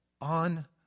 on